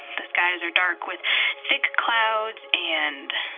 the skies are dark with thick clouds and